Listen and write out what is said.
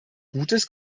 gutes